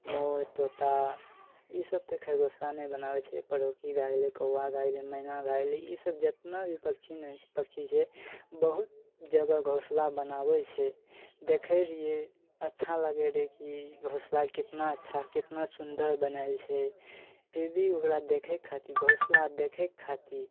मोर तोता ई सब तऽ खैर घोसला नहि बनाबय छै पड़ोकी भए गेलय कौआ भए गेलय मैना भए गेलय ई सब जतना भी पक्षी ने पक्षी छै बहुत जगह घोसला बनाबय छै देखय रहियइ अच्छा लागय रहय की घोसला कितना अच्छा कितना सुन्दर बनाओल छै फिर भी ओकरा देखय खातिर घोसला देखयके खातिर